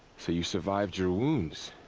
so you survived your wounds.